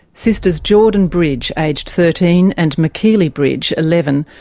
sisters jordan bridge, aged thirteen, and makeely bridge, eleven,